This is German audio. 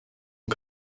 uns